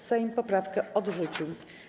Sejm poprawkę odrzucił.